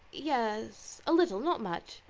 yes, a little not much.